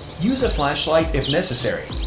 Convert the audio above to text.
use a flashlight, if necessary.